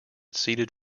seated